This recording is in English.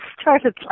started